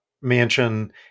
mansion